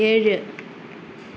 ഏഴ്